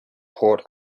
port